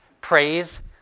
praise